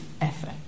effort